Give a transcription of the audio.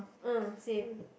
mm same